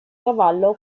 cavallo